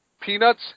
Peanuts